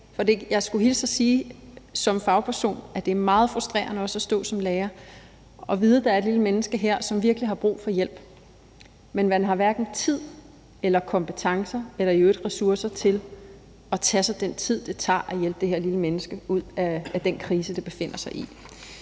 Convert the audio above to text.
jeg skulle hilse og sige, at som fagperson er det meget frustrerende at stå som lærer og vide, at der er et menneske her, som virkelig har brug for hjælp, men man har hverken tid eller kompetencer eller i øvrigt ressourcer til at tage sig den tid, som det tager at hjælpe det her lille menneske ud af af den krise, det befinder sig i,